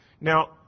Now